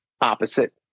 opposite